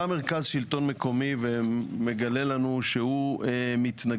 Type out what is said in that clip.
בא מרכז שלטון מקומי ומגלה לנו שהוא מתנגד